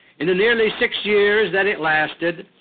in the nearly six years that it lasted,